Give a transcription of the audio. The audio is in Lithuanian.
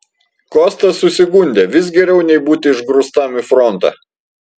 kostas susigundė vis geriau nei būti išgrūstam į frontą